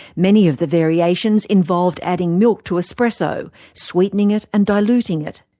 many of the variations involved adding milk to espresso, sweetening it and diluting it.